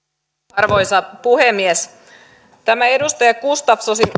arvoisa puhemies tätä edustaja gustafssonin